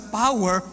power